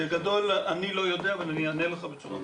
אני לא יודע אבל אני אענה לך בצורה מסודרת.